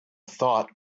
thought